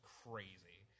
crazy